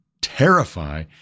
terrify